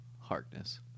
harkness